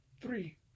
three